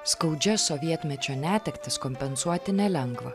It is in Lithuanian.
skaudžias sovietmečio netektis kompensuoti nelengva